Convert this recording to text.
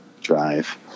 drive